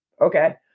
okay